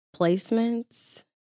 placements